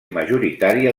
majoritària